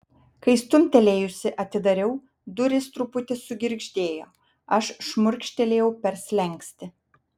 kai stumtelėjusi atidariau durys truputį sugirgždėjo aš šmurkštelėjau per slenkstį